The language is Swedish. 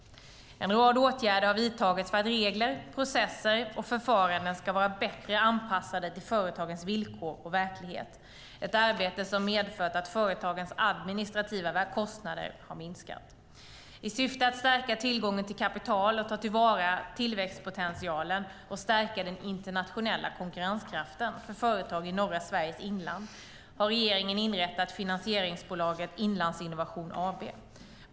En rad åtgärder har vidtagits för att regler, processer och förfaranden ska vara bättre anpassade till företagens villkor och verklighet - ett arbete som har medfört att företagens administrativa kostnader har minskat. I syfte att stärka tillgången till kapital, ta till vara tillväxtpotentialen och stärka den internationella konkurrenskraften för företag i norra Sveriges inland har regeringen inrättat finansieringsbolaget Inlandsinnovation AB.